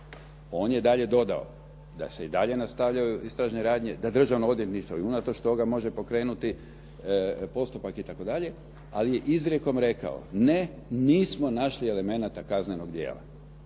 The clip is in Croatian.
On je dalje dodao da se i dalje nastavljaju istražne radnje, da Državno odvjetništvo i unatoč toga može pokrenuti postupak itd. ali je izrijekom rekao: "Ne, nismo našli elemenata kaznenog djela.".